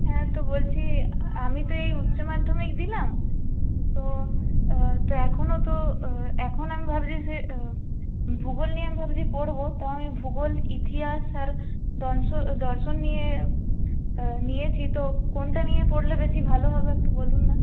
হ্যাঁ তো বলছি আমি তো এই উচ্চ মাধ্যমিক দিলাম তো এখনও তো এখনও ভাবছি যে ভূগোল নিয়ে আমি ভাবছি পড়বো তো আমি ভূগোল ইতিহাস দনশ দর্শন নিয়ে নিয়েছি তো কোনটা নিয়ে পড়লে বেশি ভালো হবে একটু বলুন না